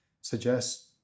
suggest